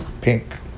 pink